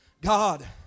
God